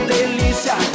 Delícia